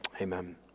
amen